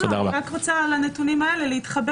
אני רק רוצה להתחבר לנתונים האלה.